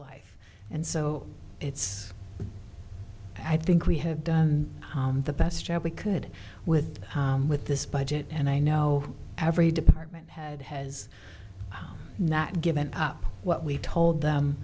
life and so it's i think we have done the best job we could with with this budget and i know every department had has not given up what we told them